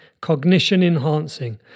cognition-enhancing